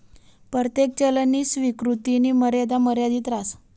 परतेक चलननी स्वीकृतीनी मर्यादा मर्यादित रहास